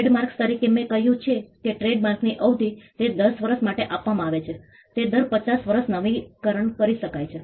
trademarks તરીકે મેં કહ્યું છે કે ટ્રેડમાર્કની અવધિ તે 10 વર્ષ માટે આપવામાં આવે છે તે દર 5 વર્ષે નવીકરણ કરી શકાય છે